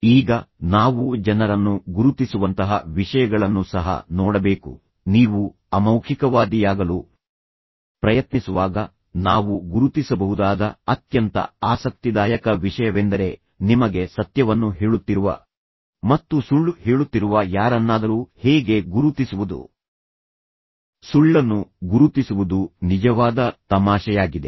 ಈಗ ನಾವು ಜನರನ್ನು ಗುರುತಿಸುವಂತಹ ವಿಷಯಗಳನ್ನು ಸಹ ನೋಡಬೇಕು ನೀವು ಅಮೌಖಿಕವಾದಿಯಾಗಲು ಪ್ರಯತ್ನಿಸುವಾಗ ನಾವು ಗುರುತಿಸಬಹುದಾದ ಅತ್ಯಂತ ಆಸಕ್ತಿದಾಯಕ ವಿಷಯವೆಂದರೆ ನಿಮಗೆ ಸತ್ಯವನ್ನು ಹೇಳುತ್ತಿರುವ ಮತ್ತು ಸುಳ್ಳು ಹೇಳುತ್ತಿರುವ ಯಾರನ್ನಾದರೂ ಹೇಗೆ ಗುರುತಿಸುವುದು ಸುಳ್ಳನ್ನು ಗುರುತಿಸುವುದು ನಿಜವಾದ ತಮಾಷೆಯಾಗಿದೆ